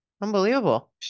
Unbelievable